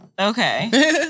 Okay